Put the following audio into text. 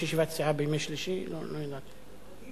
ישיבת סיעה, יש ישיבת סיעה בימי שלישי?